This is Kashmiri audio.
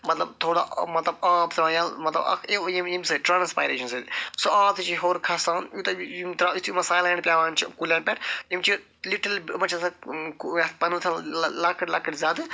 مَطلَب تھوڑا مَطلَب آب ترٛاوان یَلہٕ مطلب اکھ اَمہِ ییٚمہِ سۭتۍ ٹرٛانسپایریشَن سۭتۍ سُہ آب تہِ چھِ ہیوٚر کھَسان یوٗتاہ یہِ یِم ترٛاوان یُتھٕے وۄنۍ سایلٮ۪نٛٹ پٮ۪وان چھُ کُلٮ۪ن پٮ۪ٹھ یِم چھِ لِٹٕل بہِ یِمن چھِ آسان یَتھ پَنہٕ ؤتھٕر لۄکٕٹۍ لۄکٕٹۍ زَدٕ